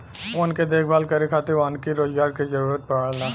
वन के देखभाल करे खातिर वानिकी रोजगार के जरुरत पड़ला